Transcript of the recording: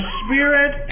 spirit